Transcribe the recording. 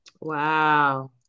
Wow